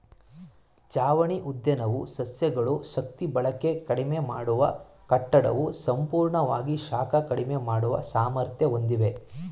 ಛಾವಣಿ ಉದ್ಯಾನವು ಸಸ್ಯಗಳು ಶಕ್ತಿಬಳಕೆ ಕಡಿಮೆ ಮಾಡುವ ಕಟ್ಟಡವು ಸಂಪೂರ್ಣವಾಗಿ ಶಾಖ ಕಡಿಮೆ ಮಾಡುವ ಸಾಮರ್ಥ್ಯ ಹೊಂದಿವೆ